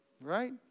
right